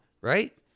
Right